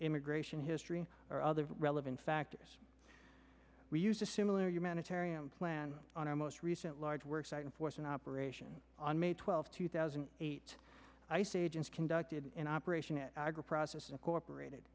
immigration history or other relevant factors we used a similar humanitarian plan on our most recent large work site enforcement operation on may twelfth two thousand and eight ice agents conducted an operation at agriprocessors co operated